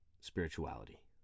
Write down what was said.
spirituality